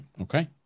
okay